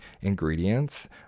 ingredients